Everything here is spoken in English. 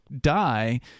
die